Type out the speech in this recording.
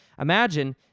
imagine